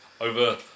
over